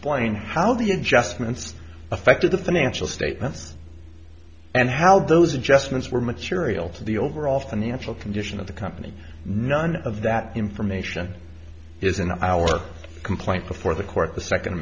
adjustments affected the financial statements and how those adjustments were material to the overall financial condition of the company none of that information is in our complaint before the court the second